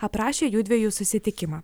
aprašė jųdviejų susitikimą